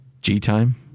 G-Time